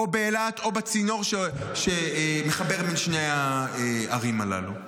באילת או בצינור שמחבר את שתי הערים הללו?